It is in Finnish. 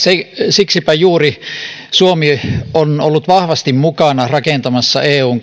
siksipä juuri on suomi ollut vahvasti mukana rakentamassa eun